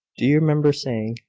do you remember saying,